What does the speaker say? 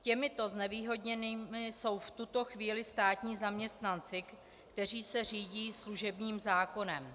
Těmito znevýhodněnými jsou v tuto chvíli státní zaměstnanci, kteří se řídí služebním zákonem.